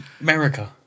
America